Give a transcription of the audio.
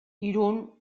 irun